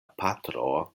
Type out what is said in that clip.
patro